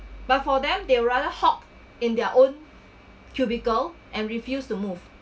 but for them they rather hock in their own cubicle and refused to move